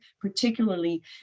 particularly